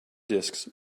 disks